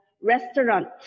restaurant